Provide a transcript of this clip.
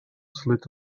slid